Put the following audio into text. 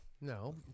No